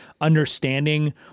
understanding